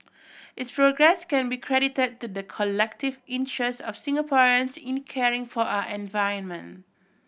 its progress can be credited to the collective interest of Singaporeans in caring for our environment